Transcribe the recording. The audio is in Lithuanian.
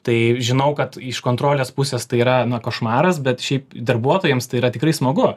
tai žinau kad iš kontrolės pusės tai yra košmaras bet šiaip darbuotojams tai yra tikrai smagu